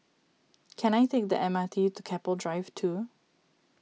can I take the M R T to Keppel Drive two